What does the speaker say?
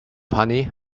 honey